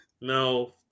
No